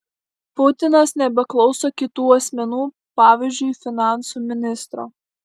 putinas nebeklauso kitų asmenų pavyzdžiui finansų ministro